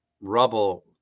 rubble